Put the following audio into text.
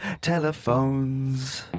telephones